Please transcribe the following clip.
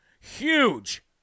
huge